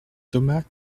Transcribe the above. thomas